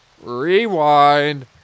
rewind